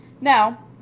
Now